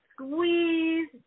squeeze